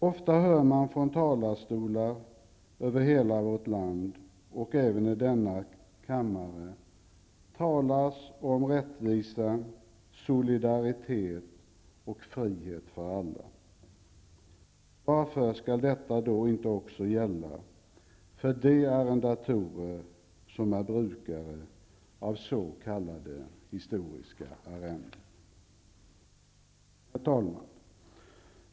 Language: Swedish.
Ofta hör man från talarstolar över hela vårt land, och även i denna kammare, talas om rättvisa, solidaritet och frihet för alla. Varför skall detta inte också gälla för de arrendatorer som är brukare av s.k. historiska arrenden? Herr talman!